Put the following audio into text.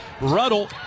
Ruddle